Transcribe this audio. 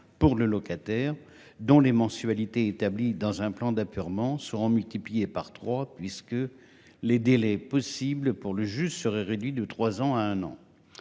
Pour le locataire dont les mensualités établi dans un plan d'apurement seront multipliés par trois puisque les délais possibles pour le juge serait réduit de 3 ans à un an.